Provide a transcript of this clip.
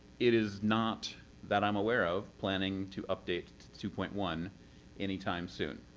it is not that i'm aware of planning to update to two point one any time soon.